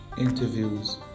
Interviews